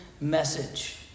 message